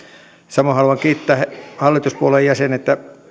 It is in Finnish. samoin haluan kiittää hallituspuolueiden jäseniä